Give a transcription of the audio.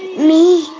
me